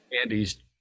Andy's